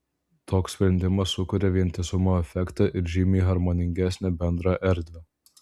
toks sprendimas sukuria vientisumo efektą ir žymiai harmoningesnę bendrą erdvę